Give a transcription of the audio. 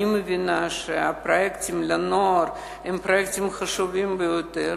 אני מבינה שהפרויקטים לנוער הם פרויקטים חשובים ביותר